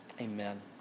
Amen